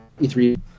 E3